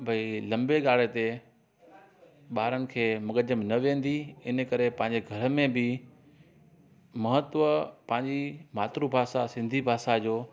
भई लंबे गाड़े ते ॿारनि खे मग़जु में न वेंदी इन करे पंहिंजे घर में बि महत्व पंहिंजी मात्र भाषा सिंधी भाषा जो